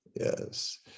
yes